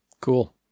Cool